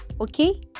Okay